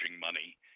money